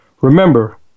Remember